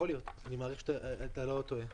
יכול להיות, אני מעריך שאתה לא טועה.